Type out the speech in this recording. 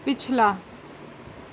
پچھلا